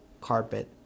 carpet